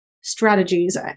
strategies